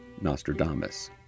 Nostradamus